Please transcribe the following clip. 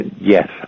Yes